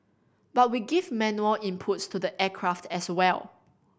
but we give manual inputs to the aircraft as well